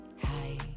hi